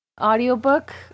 audiobook